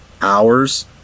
hours